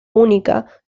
única